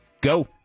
Go